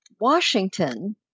Washington